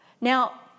Now